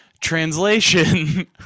Translation